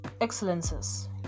Excellences